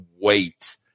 wait